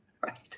Right